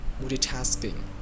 multitasking